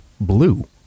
blue